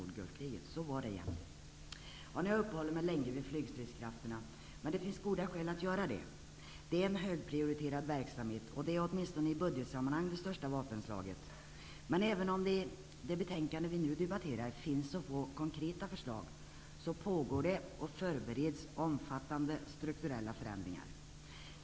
Nu har jag uppehållit mig länge vid flygstridskrafterna. Det finns goda skäl att göra det. Det är en högprioriterad verksamhet. Det är, åtminstone i budgetsammanhang, det största vapenslaget. Även om det i det betänkande vi nu debatterar finns så få konkreta förslag pågår det och förbereds omfattande strukturella förändringar.